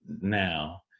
now